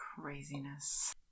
Craziness